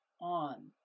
on